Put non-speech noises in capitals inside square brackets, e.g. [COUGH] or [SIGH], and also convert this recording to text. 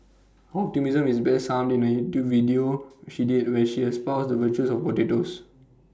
optimism is best summed [UNINTELLIGIBLE] in YouTube video she did where she espoused the virtues of potatoes